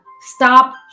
Stop